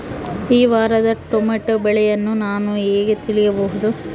ಈ ವಾರದ ಟೊಮೆಟೊ ಬೆಲೆಯನ್ನು ನಾನು ಹೇಗೆ ತಿಳಿಯಬಹುದು?